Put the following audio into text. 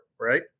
right